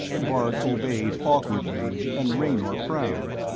bart obeyed awkwardly, and raynor frowned.